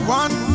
one